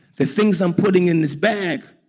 the things i'm putting in this bag,